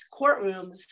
courtrooms